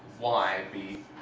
y be